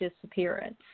disappearance